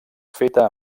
feta